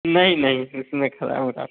नहीं नहीं उसमें ख़राब उराब